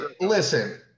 listen